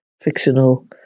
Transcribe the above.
fictional